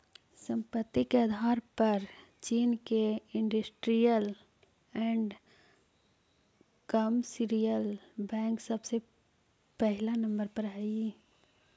संपत्ति के आधार पर चीन के इन्डस्ट्रीअल एण्ड कमर्शियल बैंक सबसे पहिला नंबर पर हई